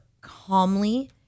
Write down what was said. calmly